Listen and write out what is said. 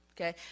okay